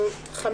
(5)